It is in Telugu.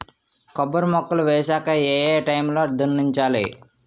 కొబ్బరి మొక్కలు వేసాక ఏ ఏ టైమ్ లో దున్నించాలి?